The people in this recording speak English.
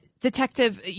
detective